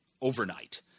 overnight